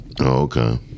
Okay